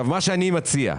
מה שאני מציע,